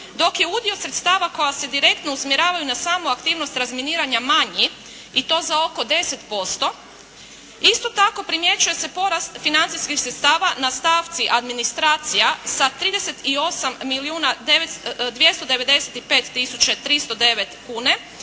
dok je udio sredstava koja se direktno usmjeravaju na samu aktivnost razminiranja manji i to za oko 10%. Isto tako, primjećuje se porast financijskih sredstava na stavci administracija sa 38 milijuna